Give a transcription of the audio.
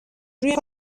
روی